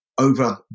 over